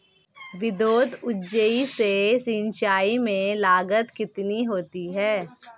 विद्युत ऊर्जा से सिंचाई में लागत कितनी होती है?